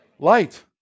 light